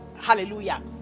Hallelujah